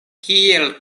kiel